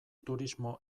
turismo